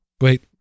wait